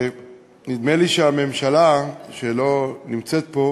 נדמה לי שהממשלה שלא נמצאת פה